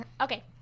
Okay